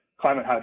climate